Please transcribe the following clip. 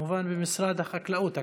כמובן במשרד החקלאות הכוונה,